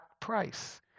price